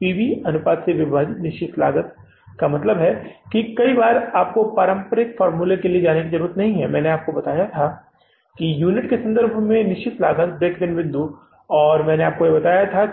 P V अनुपात से विभाजित निश्चित लागत का मतलब है कि कई बार आपको पारंपरिक फार्मूले के लिए जाने की ज़रूरत नहीं है जो मैंने आपको बताया था कि यूनिट के संदर्भ में निश्चित लागत ब्रेक ईवन बिंदु मैंने आपको बताया